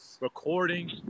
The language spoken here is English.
recording